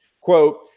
Quote